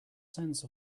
sense